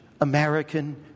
American